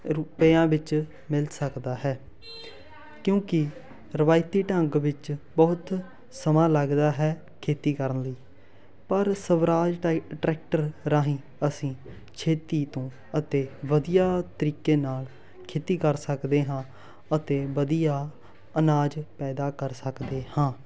ਰੁਪਿਆਂ ਵਿੱਚ ਮਿਲ ਸਕਦਾ ਹੈ ਕਿਉਂਕਿ ਰਵਾਇਤੀ ਢੰਗ ਵਿੱਚ ਬਹੁਤ ਸਮਾਂ ਲੱਗਦਾ ਹੈ ਖੇਤੀ ਕਰਨ ਲਈ ਪਰ ਸਵਰਾਜ ਟਾਈ ਟਰੈਕਟਰ ਰਾਹੀਂ ਅਸੀਂ ਛੇਤੀ ਤੋਂ ਅਤੇ ਵਧੀਆ ਤਰੀਕੇ ਨਾਲ਼ ਖੇਤੀ ਕਰ ਸਕਦੇ ਹਾਂ ਅਤੇ ਵਧੀਆ ਅਨਾਜ ਪੈਦਾ ਕਰ ਸਕਦੇ ਹਾਂ